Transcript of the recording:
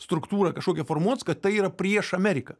struktūra kažkokia formuotųs kad tai yra prieš ameriką